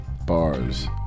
bars